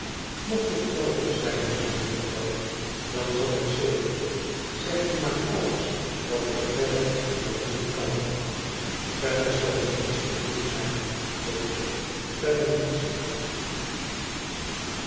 mocht het noodig zijn lieve mevrouw dan zal ik zeker zegt u maar alles wat ik verder nog doen kan verder zal er niets zijn te doen dokter verder ntets